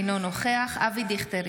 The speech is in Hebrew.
אינו נוכח אבי דיכטר,